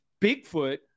Bigfoot